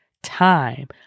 time